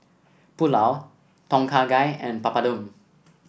Pulao Tom Kha Gai and Papadum